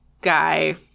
guy